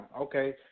okay